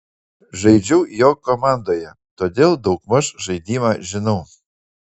žaidžiau jo komandoje todėl daug maž žaidimą žinau